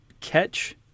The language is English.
catch